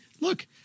look